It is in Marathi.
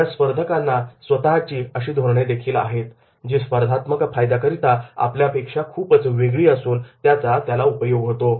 या स्पर्धकांना स्वतःची अशी धोरणेदेखील आहेत जी स्पर्धात्मक फायद्याकरिता आपल्यापेक्षा खूपच वेगळी असून त्याचा त्याला उपयोग होतो